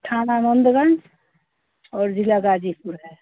थाना नंदगंज और जिला गाजीपुर है